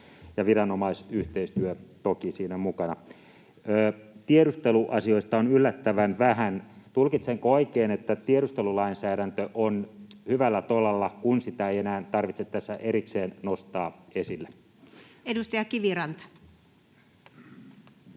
ja viranomaisyhteistyö toki siinä mukana. Tiedusteluasioista on yllättävän vähän. Tulkitsenko oikein, että tiedustelulainsäädäntö on hyvällä tolalla, kun sitä ei enää tarvitse tässä erikseen nostaa esille? Edustaja Kiviranta.